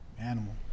Animal